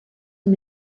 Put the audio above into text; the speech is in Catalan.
amb